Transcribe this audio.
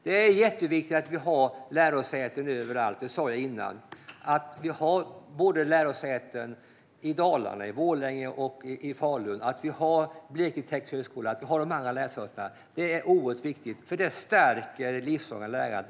Det är jätteviktigt att vi har lärosäten överallt, precis som jag sa tidigare. Det är oerhört viktigt och stärker det livslånga lärandet att vi har Blekinge Tekniska Högskola och lärosäten i Borlänge och Falun i Dalarna liksom övriga lärosäten.